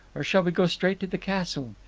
or shall we go straight to the castle.